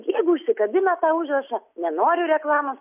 jeigu užsikabina tą užrašą nenoriu reklamos